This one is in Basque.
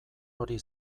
hori